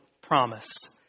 promise